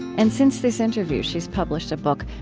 and, since this interview, she's published a book,